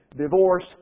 Divorce